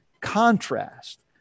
contrast